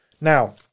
now